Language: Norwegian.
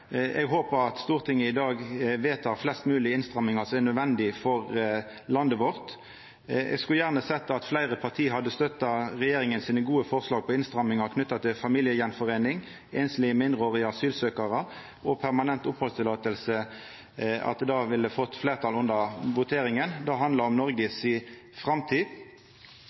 Eg håper at Stortinget i dag vedtek flest moglege innstrammingar som er nødvendige for landet vårt. Eg skulle gjerne sett at fleire parti hadde støtta regjeringa sine gode forslag til innstrammingar knytte til familiesameining, einslege mindreårige asylsøkjarar og permanent opphaldsløyve, at det hadde fått fleirtal under voteringa. Det handlar om Noregs framtid.